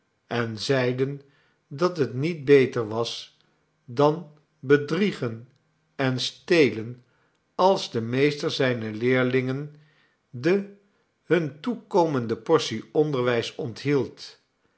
en zeiden dat het niet beter was dan bedriegen en stelen als de meester zijne leerlingen de bun toekomende portie onderwijs onthield